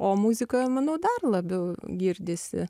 o muzikoje manau dar labiau girdisi